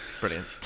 Brilliant